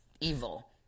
evil